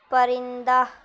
پرندہ